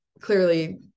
clearly